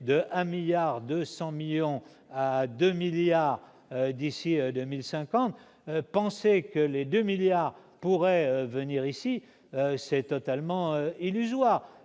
de 1,2 milliard à 2 milliards d'ici à 2050. Penser que ces 2 milliards de personnes pourraient venir ici est totalement illusoire.